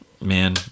man